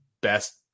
best